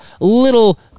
little